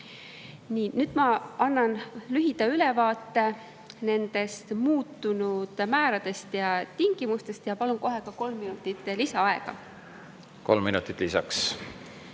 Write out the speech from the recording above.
Nüüd ma annan lühidalt ülevaate nendest muutunud määradest ja tingimustest ja palun kohe kolm minutit lisaaega. Kolm minutit lisaks.